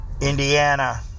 Indiana